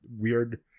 weird